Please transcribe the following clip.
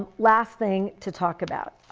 last thing to talk about.